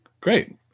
great